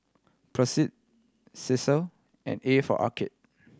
Persil Cesar and A for Arcade